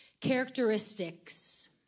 characteristics